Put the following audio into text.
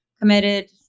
committed